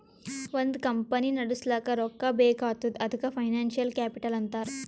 ಒಂದ್ ಕಂಪನಿ ನಡುಸ್ಲಾಕ್ ರೊಕ್ಕಾ ಬೇಕ್ ಆತ್ತುದ್ ಅದಕೆ ಫೈನಾನ್ಸಿಯಲ್ ಕ್ಯಾಪಿಟಲ್ ಅಂತಾರ್